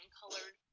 colored